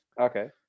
Okay